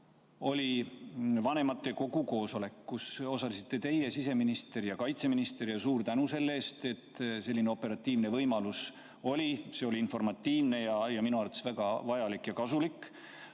oli vanematekogu koosolek, kus osalesite teie, siseminister ja kaitseminister, ja suur tänu selle eest, et selline operatiivne võimalus oli. See oli informatiivne ja minu arvates väga vajalik ja kasulik.